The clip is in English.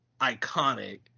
iconic